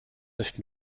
neuf